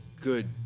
good